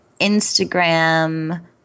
Instagram